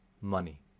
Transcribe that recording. money